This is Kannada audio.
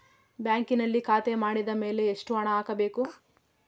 ಬ್ಯಾಂಕಿನಲ್ಲಿ ಖಾತೆ ಮಾಡಿದ ಮೇಲೆ ಎಷ್ಟು ಹಣ ಹಾಕಬೇಕು?